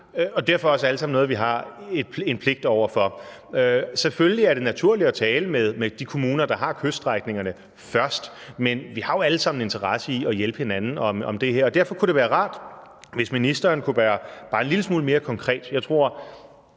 noget, vi alle sammen har en pligt over for. Selvfølgelig er det naturligt at tale med de kommuner, der har kyststrækningerne, først, men vi har jo alle sammen en interesse i at hjælpe hinanden med det her, og derfor kunne det være rart, hvis ministeren kunne være bare en lille smule mere konkret. Jeg tror,